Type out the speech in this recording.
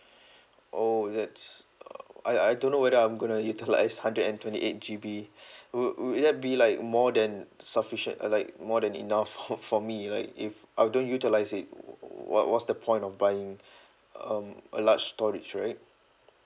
oo that's err I I don't know whether I'm gonna utilise hundred and twenty eight G_B would would that be like more than sufficient uh like more than enough for me like if I don't utilise it what what's the point of buying um a large storage right